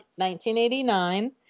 1989